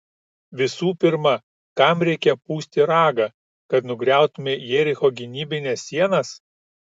visų pirma kam reikia pūsti ragą kad nugriautumei jericho gynybines sienas